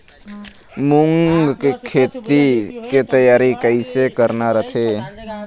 मूंग के खेती के तियारी कइसे करना रथे?